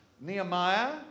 Nehemiah